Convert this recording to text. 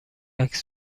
عکس